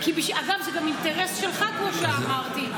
אגב, זה גם אינטרס שלך, כמו שאמרתי.